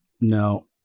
No